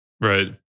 Right